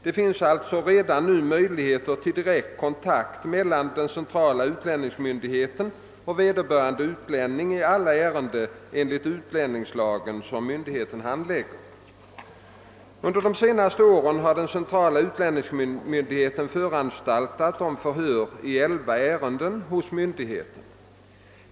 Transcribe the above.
Det finns alltså redan nu möjligheter till direkt kontakt mellan den centrala utlänningsmyndigheten och vederbörande utlänning i alla ärenden enligt utlänningslagen som myndigheten handlägger. Under det senaste året har den centrala utlänningsmyndigheten föranstaltat om förhör i elva ärenden hos myndigheten.